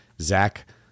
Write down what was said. Zach